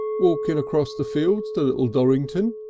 walking across the fields to little dorington,